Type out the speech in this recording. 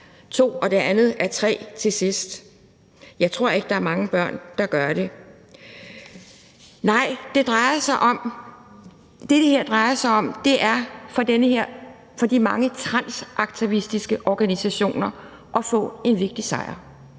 tal eller et ulige tal? Jeg tror ikke, der er mange børn, der ved det. Nej, det, det her drejer sig om, er for de mange transaktivistiske organisationer at få en vigtig sejr.